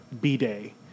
b-day